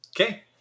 Okay